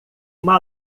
uma